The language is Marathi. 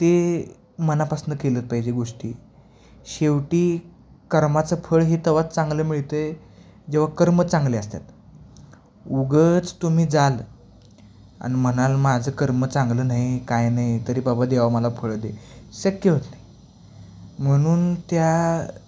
ते मनापासून केलं पाहिजे गोष्टी शेवटी कर्माचं फळ हे तेव्हाच चांगलं मिळत आहे जेव्हा कर्म चांगले असतात उगाच तुम्ही जाल आणि म्हणाल माझं कर्म चांगलं नाही काय नाही तरी बाबा देवा मला फळ दे शक्य होत नाही म्हणून त्या